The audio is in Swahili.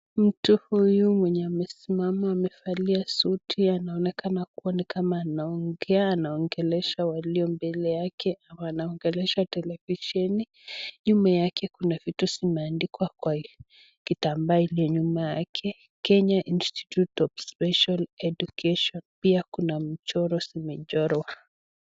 Mtu huyu mwenye amesimama amevalia suti anaonekana kuwa ni kama anaongea anaongelesha walio mbele yake anaongelesha televisheni. Nyuma yake kuna vitu zimeandikwa kwa hiyo kitambaa iliyo nyuma yake, Kenya Institute of Special Education pia kuna mchoro zimechorwa.